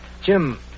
Jim